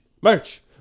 merch